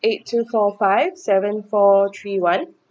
eight two four five seven four three one